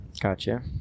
gotcha